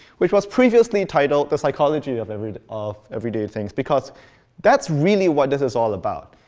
which was previously titled the psychology of everyday of everyday things, because that's really what this is all about.